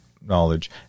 knowledge